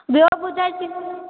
ॿियो ॿुधाए जी